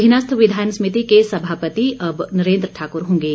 अधीनस्थ विधायन समिति के सभापति अब नरेंद्र ठाकुर होंगे